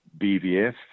BVF